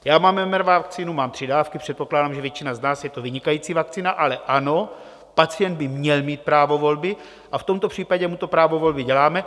Já mám mRNA vakcínu, mám tři dávky, předpokládám, že většina z nás, je to vynikající vakcína, ale ano, pacient by měl mít právo volby a v tomto případě mu to právo volby děláme.